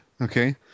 okay